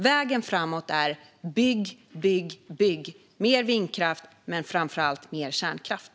Vägen framåt är: Bygg, bygg, bygg - mer vindkraft, men framför allt mer kärnkraft!